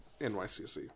NYCC